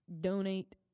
donate